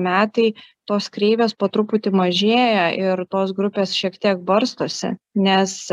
metai tos kreivės po truputį mažėja ir tos grupės šiek tiek barstosi nes